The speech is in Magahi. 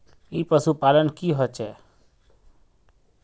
ई पशुपालन की होचे?